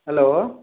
hello